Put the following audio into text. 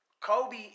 Kobe